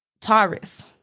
Taurus